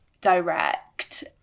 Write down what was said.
direct